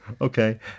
Okay